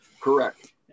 Correct